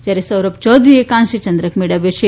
જ્યારે સૌરભ ચૌધરીએ કાંસ્ય ચંદ્રક મેળવ્યો છે